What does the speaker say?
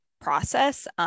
process